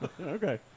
Okay